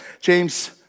James